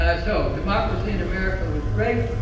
ah so, democracy in america was great.